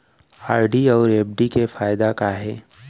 RD अऊ FD के फायेदा का हे?